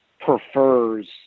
prefers